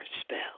spell